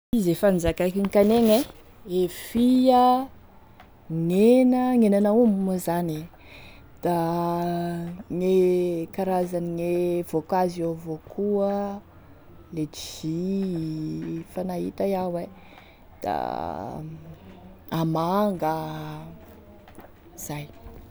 Izy efa nozakaiko igny kanegny e, e fia, gn'hena, gn'henan'aomby moa zany e, da gne karazane voankazo io avao koa letshi, fa nahita iaho e, da a manga, zay.